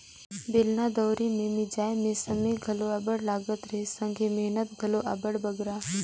बेलना दउंरी मे मिंजई मे समे घलो अब्बड़ लगत रहिस संघे मेहनत घलो अब्बड़ बगरा